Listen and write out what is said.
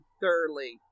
thoroughly